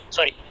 Sorry